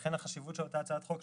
ולכן החשיבות של אותה הצעת החוק,